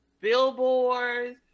billboards